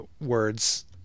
words